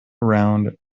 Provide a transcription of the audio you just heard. round